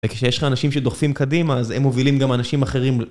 וכשיש לך אנשים שדוחפים קדימה, אז הם מובילים גם אנשים אחרים.